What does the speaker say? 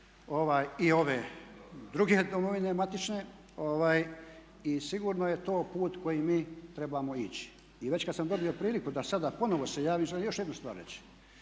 i ove druge domovine matične i sigurno je to put kojim mi trebamo ići. I već kad sam dobio priliku da sada ponovno se javim za još jednu stvar reći.